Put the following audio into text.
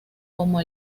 como